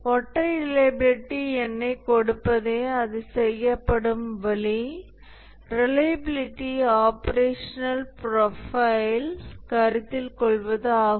ஒற்றை ரிலையபிலிட்டி எண்ணைக் கொடுப்பதே அது செய்யப்படும் வழி சாஃப்ட்வேரின் ஆபரேஷனல் ப்ரொஃபைலை கருத்தில் கொள்வது ஆகும்